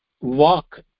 walk